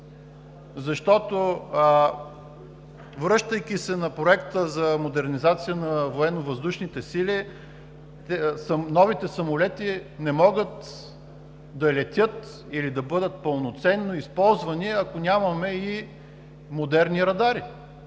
защото, връщайки се на Проекта за модернизация на Военновъздушните сили, новите самолети не могат да летят или да бъдат пълноценно използвани, ако нямаме и модерни радари.